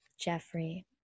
Jeffrey